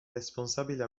responsabile